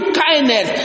kindness